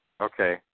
Okay